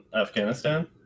Afghanistan